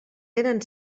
tenen